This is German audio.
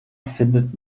findet